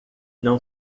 não